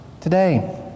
today